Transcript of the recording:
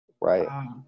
Right